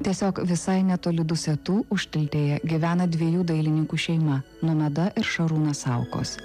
tiesiog visai netoli dusetų užtiltėje gyvena dviejų dailininkų šeima nomeda ir šarūnas saukos